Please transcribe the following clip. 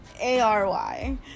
A-R-Y